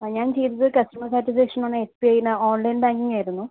ആ ഞാൻ ചെയ്തത് customer certification on S B I എന്ന ഓൺലൈൻ ബാങ്കിങ്ങ് ആയിരുന്നു